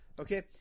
Okay